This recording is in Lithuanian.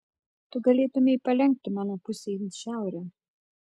tu galėtumei palenkti mano pusėn šiaurę